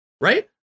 Right